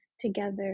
together